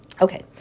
Okay